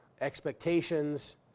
expectations